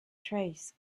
trace